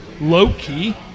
Low-key